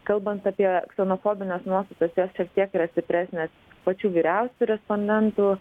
kalbant apie ksenofobines nuostatas jos šiek tiek yra stipresnės pačių vyriausių respondentų